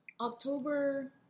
October